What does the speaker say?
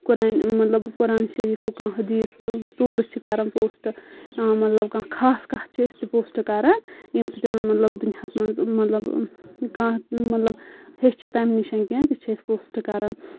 قرآنہِ مطلب قُرآن شریٖفُک کانٛہہ حدیٖس صوٗرٕ چھُ کران پوسٹہٕ مطلب کانٛہہ خاص کَتھ چھِ أسۍ تہِ پوسٹہٕ کران ییٚمہِ سۭتۍ مطلب دُنیاہَس منٛز مطلب کانٛہہ مطلب ہیٚچھِ تَمہِ نِش کیٚنٛہہ تِم تہِ چھِ أسۍ پوسٹہٕ کران